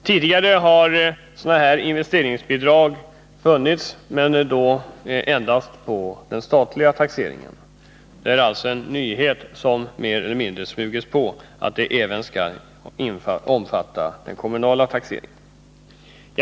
Tidigare har sådana här investeringsavdrag tillåtits, men då endast vid den statliga taxeringen. Det är alltså en nyhet som mer eller mindre smugits in att avdragen skall få gälla även vid den kommunala taxeringen.